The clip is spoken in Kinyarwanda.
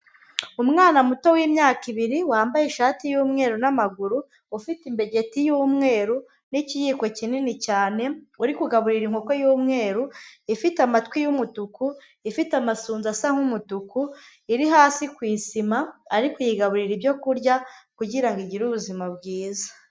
Umwana muto w'imyaka ibiri wambaye ishati y'umweru n'amaguru, ufite imbegeti y'umweru n'ikiyiko kinini cyane, uri kugaburira inkoko y'umweru, ifite amatwi y'umutuku, ifite amasunzu asa nk'umutuku, iri hasi ku isima, ari kuyigaburira ibyo kurya kugira ngo igire ubuzima bwiza.